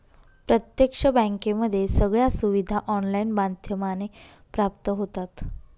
प्रत्यक्ष बँकेमध्ये सगळ्या सुविधा ऑनलाईन माध्यमाने प्राप्त होतात